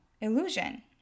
illusion